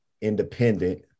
independent